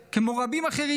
כמו רבים אחרים,